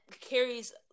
carries